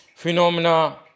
phenomena